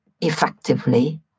effectively